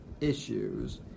issues